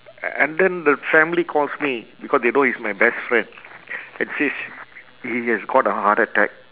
a~ and then the family calls me because they know he's my best friend and says he has got a heart attack